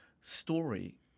story